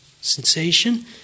sensation